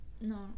No